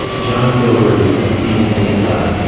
john guillory and stephen greenblatt,